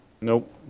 Nope